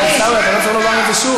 עיסאווי, אתה לא צריך לומר את זה שוב.